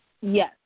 Yes